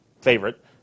favorite